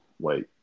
wait